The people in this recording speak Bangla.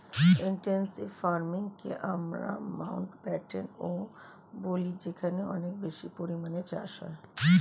ইনটেনসিভ ফার্মিংকে আমরা মাউন্টব্যাটেনও বলি যেখানে অনেক বেশি পরিমাণে চাষ হয়